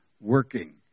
working